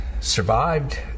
survived